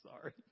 Sorry